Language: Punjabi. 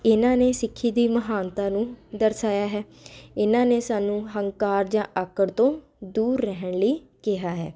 ਇਨ੍ਹਾਂ ਨੇ ਸਿੱਖੀ ਦੀ ਮਹਾਨਤਾ ਨੂੰ ਦਰਸਾਇਆ ਹੈ ਇਨ੍ਹਾਂ ਨੇ ਸਾਨੂੰ ਹੰਕਾਰ ਜਾਂ ਆਕੜ ਤੋਂ ਦੂਰ ਰਹਿਣ ਲਈ ਕਿਹਾ ਹੈ